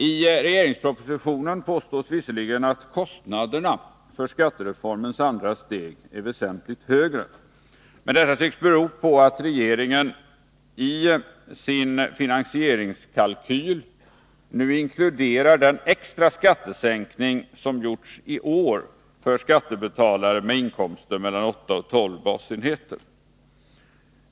I regeringspropositionen påstås visserligen att ”kostnaderna” för skattereformens andra steg är väsentligt högre, men detta tycks bero på att regeringen i sin finansieringskalkyl nu inkluderar den extra skattesänkning som gjorts i år för skattebetalare med inkomster mellan 8 och 12 basenheter.